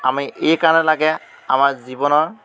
আমি এইকাৰণে লাগে আমাৰ জীৱনৰ